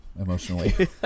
emotionally